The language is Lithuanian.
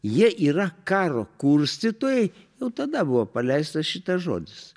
jie yra karo kurstytojai jau tada buvo paleistas šitas žodis